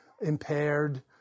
impaired